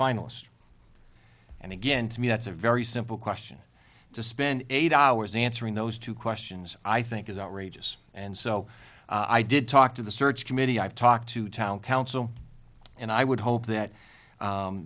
finalist and again to me that's a very simple question to spend eight hours answering those two questions i think is outrageous and so i did talk to the search committee i've talked to town council and i would hope that